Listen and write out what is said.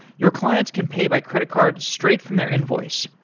your clients can pay by credit card straight from their invoice.